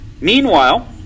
Meanwhile